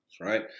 right